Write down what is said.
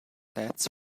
let’s